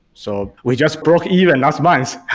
so, we just broke even last month. hey,